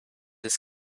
his